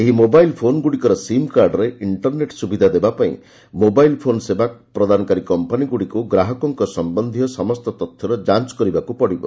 ଏହି ମୋବାଇଲ୍ ଫୋନ୍ଗୁଡ଼ିକର ସିମ୍ କାର୍ଡ଼ରେ ଇଷ୍କରନେଟ୍ ସୁବିଧା ଦେବାପାଇଁ ମୋବାଇଲ୍ ଫୋନ୍ ସେବା ପ୍ରଦାନକାରୀ କମ୍ପାନୀଗୁଡ଼ିକୁ ଗ୍ରାହକଙ୍କ ସମ୍ଭନ୍ଧୀୟ ସମସ୍ତ ତଥ୍ୟର ଯାଞ୍ କରିବାକୁ ପଡ଼ିବ